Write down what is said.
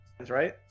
right